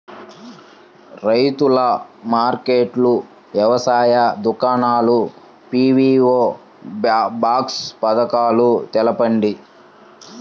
రైతుల మార్కెట్లు, వ్యవసాయ దుకాణాలు, పీ.వీ.ఓ బాక్స్ పథకాలు తెలుపండి?